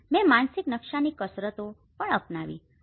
મેં માનસિક નકશાની કસરતો પણ અપનાવી છે